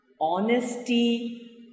honesty